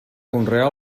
conrear